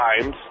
times